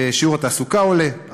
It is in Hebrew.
ושיעור התעסוקה עולה,